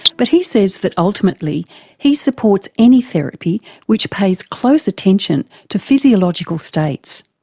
but he says that ultimately he supports any therapy which pays close attention to physiological states.